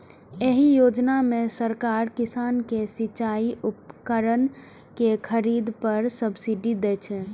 एहि योजना मे सरकार किसान कें सिचाइ उपकरण के खरीद पर सब्सिडी दै छै